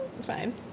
fine